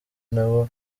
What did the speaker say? nabo